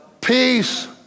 peace